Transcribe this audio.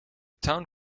town